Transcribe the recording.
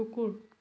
কুকুৰ